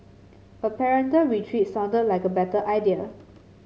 a parental retreat sounded like a better idea